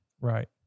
Right